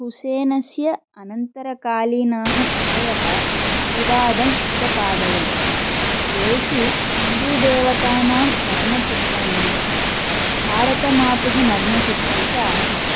हुसेनस्य अनन्तरकालीनः कृतयः विवादम् उद्पादयन् येषु हिन्दुदेवतानां नग्नचित्राणि भारतमातुः नग्नचित्रं च आसन्